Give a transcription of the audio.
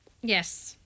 Yes